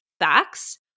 facts